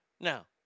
Now